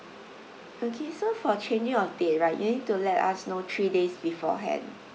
okay so for changing of date right you need to let us know three days beforehand